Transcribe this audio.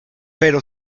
pero